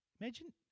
Imagine